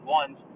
ones